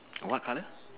what colour